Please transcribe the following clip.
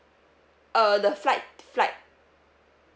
uh the flight flight